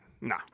Nah